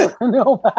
no